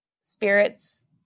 spirits